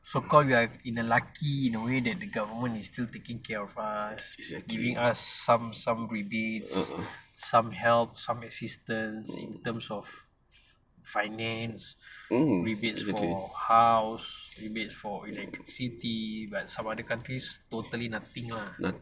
so call we are lucky in a way that government is still taking care of us giving us some some rebates some help some assistance in terms of finance rebates for house rebates for electricity but other countries totally nothing lah